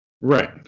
Right